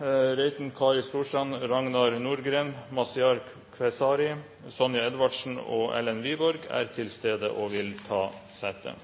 Reiten, Kari Storstrand, Ragnar Nordgreen, Mazyar Keshvari, Sonja Edvardsen og Erlend Wiborg er til stede og vil ta sete.